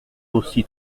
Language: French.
aussi